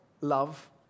love